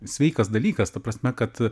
sveikas dalykas ta prasme kad